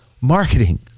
marketing